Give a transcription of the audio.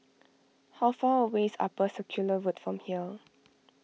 how far away is Upper Circular Road from here